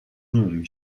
whom